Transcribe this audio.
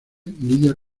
lidia